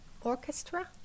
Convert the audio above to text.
orchestra